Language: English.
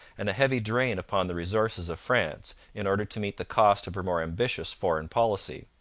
and a heavy drain upon the resources of france in order to meet the cost of her more ambitious foreign policy.